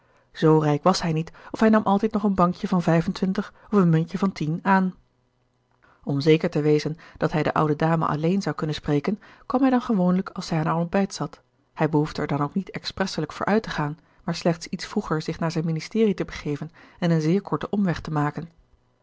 rijk was hij niet of hij nam altijd nog een bankje van vijf en twintig of een muntje van tien aan om zeker te wezen dat hij de oude dame alleen zou kunnen spreken kwam hij dan gewoonlijk als zij aan haar ontbijt zat hij behoefde er dan ook niet expresselijk voor uit te gaan maar slechts iets vroeger zich naar zijn ministerie te begeven en een zeer korten omweg te maken